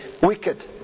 wicked